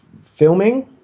filming